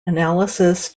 analysis